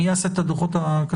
מי יעשה את הדוחות הכספיים?